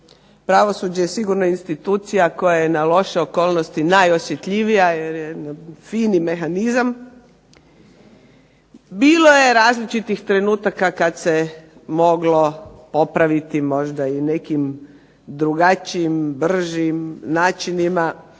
Pravosuđe je sigurno institucija koja je na loše okolnosti najosjetljivija jer je fini mehanizam. Bilo je različitih trenutaka kad se moglo popraviti možda i nekim drugačijim, bržim načinima,